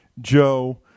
Joe